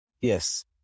Yes